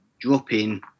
drop-in